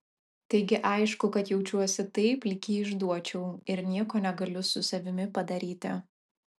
taigi aišku kad jaučiuosi taip lyg jį išduočiau ir nieko negaliu su savimi padaryti